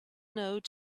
note